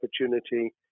opportunity